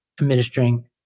administering